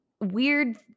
weird